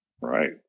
right